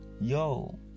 Yo